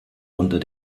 unter